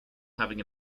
having